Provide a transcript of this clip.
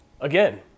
again